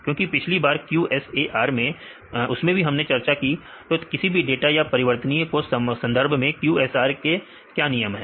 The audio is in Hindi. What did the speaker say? क्योंकि पिछली बार QSAR मैं भी हमने चर्चा की तो किसी भी डाटा या परिवर्तनीय के संदर्भ में QSAR के क्या नियम है